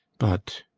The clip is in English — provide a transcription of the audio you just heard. but?